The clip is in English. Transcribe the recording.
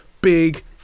big